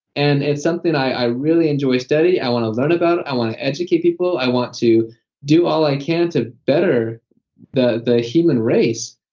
and it's something i really enjoy studying. i want to learn about it. i want to educate people. i want to do all i can to better the the human race,